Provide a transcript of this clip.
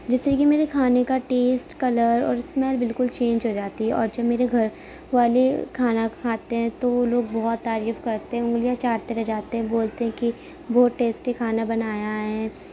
جس سے کہ میرے کھانے کا ٹیسٹ کلر اور اسمیل بالکل چینج ہو جاتی ہے اور جب میرے گھر والے کھانا کھاتے ہیں تو وہ لوگ بہت تعریف کرتے ہیں انگلیاں چاٹتے رہ جاتے ہیں بولتے ہیں کہ بہت ٹیسٹی کھانا بنایا ہے